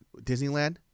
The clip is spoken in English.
disneyland